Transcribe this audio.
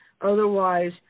Otherwise